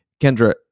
Kendra